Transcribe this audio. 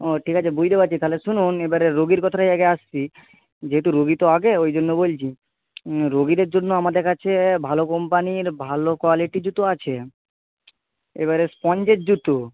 ও ঠিক আছে বুঝতে পারছি তাহলে শুনুন এবারে রোগীর কথাটাই আগে আসছি যেহেতু রোগী তো আগে ওই জন্য বলছি রোগীদের জন্য আমাদের কাছে ভালো কোম্পানির ভালো কোয়ালিটির জুতো আছে এবারে স্পঞ্জের জুতো